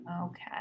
Okay